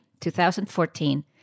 2014